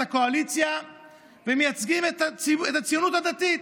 לקואליציה ומייצגים את הציונות הדתית,